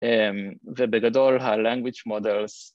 ובגדול הלאנגוויץ מודל